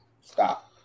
Stop